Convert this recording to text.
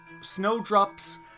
snowdrops